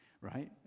right